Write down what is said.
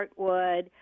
heartwood